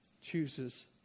chooses